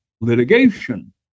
litigation